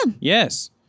Yes